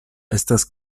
estas